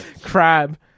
crab